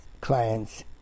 clients